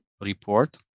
report